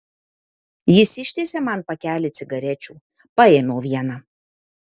jis ištiesė man pakelį cigarečių paėmiau vieną